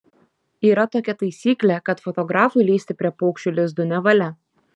yra tokia taisyklė kad fotografui lįsti prie paukščių lizdų nevalia